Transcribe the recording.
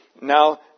now